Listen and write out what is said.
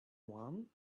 one